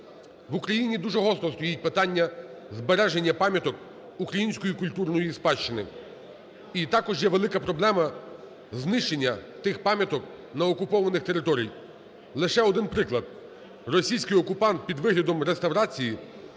В Україні дуже гостро стоїть питання збереження пам'яток української культурної спадщини. І також є велика проблема знищення тих пам'яток на окупованих територіях. Лише один приклад. Російський окупант під виглядом реставрації